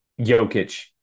Jokic